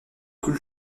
coule